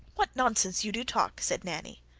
what nonsense you do talk! said nanny.